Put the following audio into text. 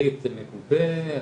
זה מגובה במחקרים,